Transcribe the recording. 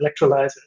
electrolyzer